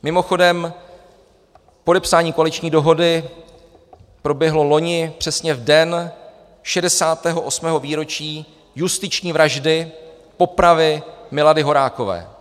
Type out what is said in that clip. Mimochodem, podepsání koaliční dohody proběhlo loni přesně v den 68. výročí justiční vraždy, popravy Milady Horákové.